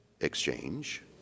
exchange